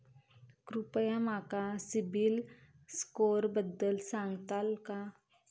कृपया माका सिबिल स्कोअरबद्दल सांगताल का?